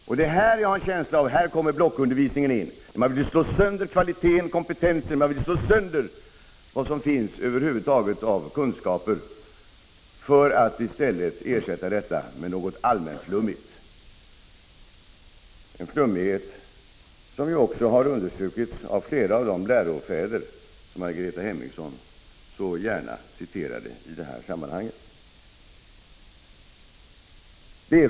Här, det har jag en känsla av, kommer blockundervisningen in. Man vill slå sönder kvaliteten och kompe tensen, man vill slå sönder vad som över huvud taget finns av kunskaper för = Prot. 1985/86:49 att ersätta det med något allmänflummigt — en flummighet som också har — 11 december 1985 understrukits av flera av de lärofäder som Margareta Hemmingssonså gärna Z— ——- citerade i det här sammanhanget.